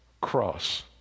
cross